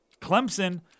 Clemson